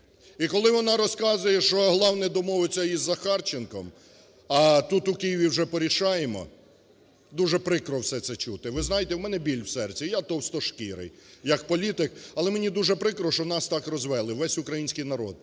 І коли вона розказує, що головне – домовитися із Захарченком, а тут у Києві уже порішаємо, дуже прикро все це чути. Ви знаєте, в мене біль в серці, я товстошкірий як політик, але мені дуже прикро, що в нас так розвели, весь український народ.